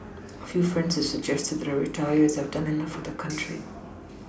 a few friends have suggested that I retire as I have done enough for the country